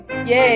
Yay